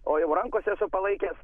o jau rankose esu palaikęs